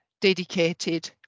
dedicated